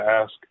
ask